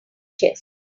chess